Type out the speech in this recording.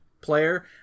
player